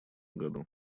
году